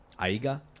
Aiga